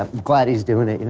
ah glad he's doing it.